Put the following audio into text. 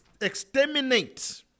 exterminate